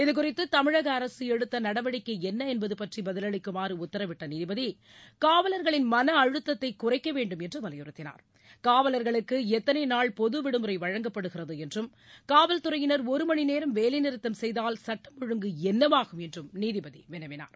இதுகுறித்து தமிழக அரசு எடுத்த நடவடிக்கை என்ன என்பது பற்றி பதிலளிக்குமாறு உத்தரவிட்ட நீதிபதி காவலர்களின் மன அழுத்தத்தை குறைக்கவேண்டும் என்று வலியுறுத்தினார் காவலர்களுக்கு எத்தனை நாள் பொது விடுமுறை வழங்கப்படுகிறது என்றும் காவலர்துறையினர் ஒரு மணி நேரம் வேலை நிறுத்தம் செய்தால் சட்டம் ஒழுங்கு என்னவாகும் என்றும் நீதிபதி வினவினார்